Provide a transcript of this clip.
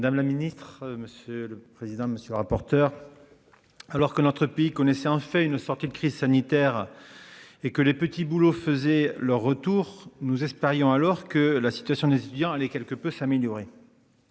Madame la ministre, monsieur le président, monsieur le rapporteur. Alors que notre pays c'est en fait une sortie de crise sanitaire. Et que les petits boulots faisaient leur retour. Nous espérions alors que la situation des étudiants quelque peu s'améliorer.